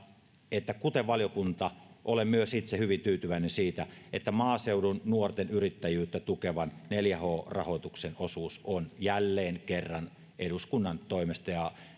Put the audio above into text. että olen kuten valiokunta myös itse hyvin tyytyväinen siitä että maaseudun nuorten yrittäjyyttä tukevan neljä h rahoituksen osuus on jälleen kerran eduskunnan toimesta ja